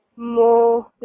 more